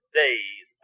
days